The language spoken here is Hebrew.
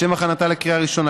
לשם הכנתה לקריאה ראשונה.